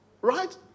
Right